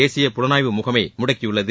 தேசிய புலனாய்வு முகமை முடக்கியுள்ளது